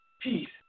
Peace